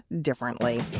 differently